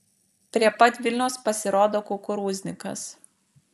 prie pat vilniaus pasirodo kukurūznikas